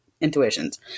intuitions